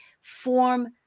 form